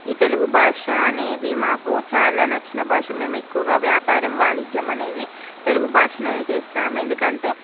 ఈ తెలుగు భాష అనేది మాకు చాలా నచ్చిన భాష మేము ఎక్కువగా వ్యాపారం వాణిజ్యం అనేది తెలుగు భాషలోనే చేస్తాము ఎందుకంటే